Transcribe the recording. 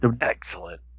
Excellent